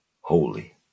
Holy